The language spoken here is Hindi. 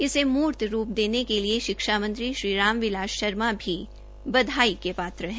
इसे मूर्त रूप देने के लिए शिक्षा मंत्री श्री राम बिलास शर्मा भी बधाई के पात्र है